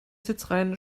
sitzreihen